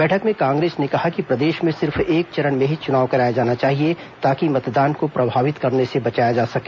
बैठक में कांग्रेस ने कहा कि प्रदेश में सिर्फ एक चरण में ही चुनाव कराया जाना चाहिए ताकि मतदान को प्रभावित करने से बचाया जा सके